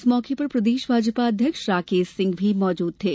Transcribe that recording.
इस मौके पर प्रदेश भाजपा अध्यक्ष राकेश सिंह भी मौजूद थे